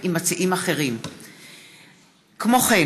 רועי פולקמן, איתן כבל,